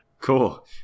Cool